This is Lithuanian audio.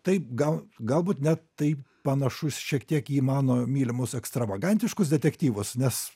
taip gal galbūt net tai panašus šiek tiek į mano mylimus ekstravagantiškus detektyvus nes